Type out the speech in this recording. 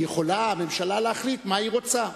יכולה הממשלה להחליט מה היא רוצה.